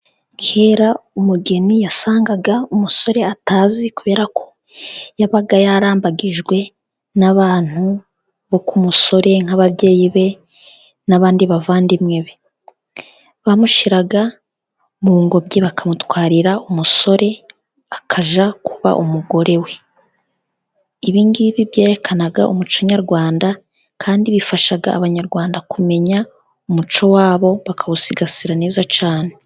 Kera umugeni yasangaga umusore atazi kubera ko yabaga yarambagijwe n'abantu bo ku musore nk'ababyeyi be n'abandi bavandimwe be. Bamushyiraga mu ngobyi bakamutwarira umusore akajya kuba umugore we, ibi ngibi byerekanaga umuco Nyarwanda kandi bifasha abanyarwanda kumenya umuco wabo bakawusigasira neza cyane.